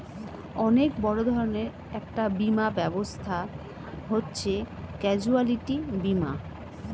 অনেক বড় ধরনের একটা বীমা ব্যবস্থা হচ্ছে ক্যাজুয়ালটি বীমা